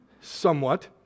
Somewhat